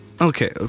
Okay